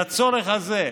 לצורך הזה.